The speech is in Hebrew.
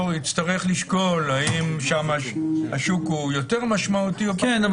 יצטרך לשקול האם שם השוק הוא יותר משמעותי או פחות משמעותי.